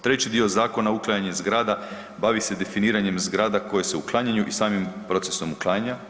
Treći dio zakona, uklanjanje zgrada, bavi se definiranjem zgrada koje se uklanjaju i samim procesom uklanjanja.